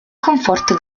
conforto